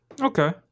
Okay